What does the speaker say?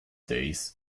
days